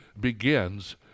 begins